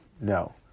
No